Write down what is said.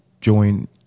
join